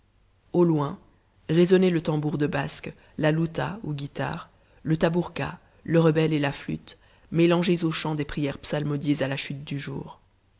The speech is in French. au loin résonnaient le tambour de basque la louta ou guitare le tabourka le rebel et la flûte mélangés aux chants des prières psalmodiées à la chute du jour